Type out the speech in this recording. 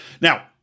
Now